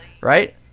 right